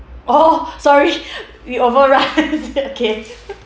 orh sorry we overrun is it okay